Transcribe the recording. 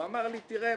והוא אמר לי: תראה,